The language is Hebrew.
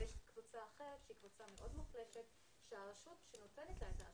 ויש קבוצה אחרת שהיא קבוצה מאוד מוחלשת שהרשות שנותנת לה את האשרה,